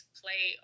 play